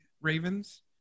Ravens